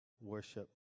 worship